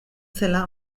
zela